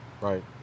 Right